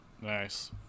Nice